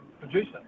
producer